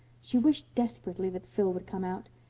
she wished desperately that phil would come out.